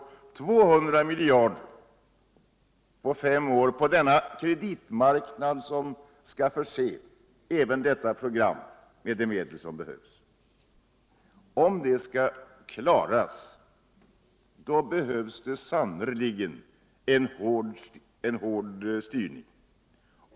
eller 200 miljarder på fem år, på en kredit marknad som skall förse även det här programmet med de medel som behövs. Om man skall kunna klara detta behövs det sannerligen en hård styrning.